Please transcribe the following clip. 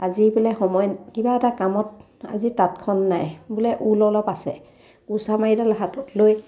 আজি বোলে সময় কিবা এটা কামত আজি তাঁতখন নাই বোলে ঊল অলপ আছে কুৰ্চা মাৰিডাল হাতত লৈ